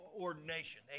ordination